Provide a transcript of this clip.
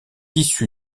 issu